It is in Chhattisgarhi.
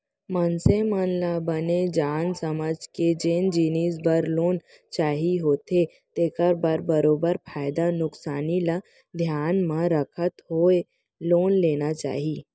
मनसे मन ल बने जान समझ के जेन जिनिस बर लोन चाही होथे तेखर बर बरोबर फायदा नुकसानी ल धियान म रखत होय लोन लेना चाही